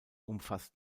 umfasst